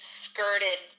skirted